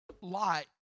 light